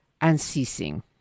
unceasing